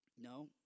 No